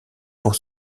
pour